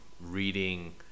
reading